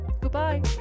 Goodbye